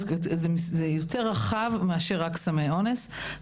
זה יותר רחב מאשר רק סמי אונס.